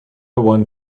want